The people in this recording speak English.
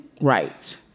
right